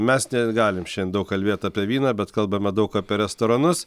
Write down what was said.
mes negalim šian daug kalbėt apie vyną bet kalbame daug apie restoranus